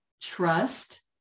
trust